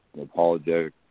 apologetic